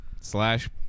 slash